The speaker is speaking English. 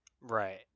right